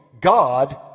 God